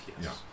yes